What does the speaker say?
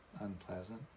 unpleasant